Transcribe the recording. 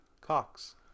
Cox